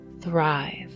Thrive